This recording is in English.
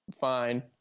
fine